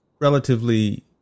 relatively